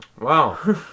Wow